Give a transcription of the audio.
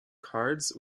cards